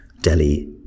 Delhi